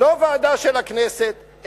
לא ועדה של הכנסת,